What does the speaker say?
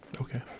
Okay